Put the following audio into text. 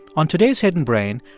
on today's hidden brain,